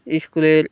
ইস্কুলের